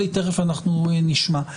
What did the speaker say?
תכף נשמע.